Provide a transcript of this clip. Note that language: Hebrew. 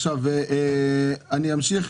אני אמשיך.